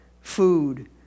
food